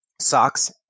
socks